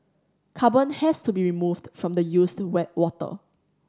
carbon has to be removed from the used water